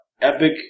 Epic